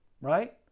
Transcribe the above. right